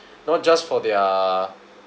not just for their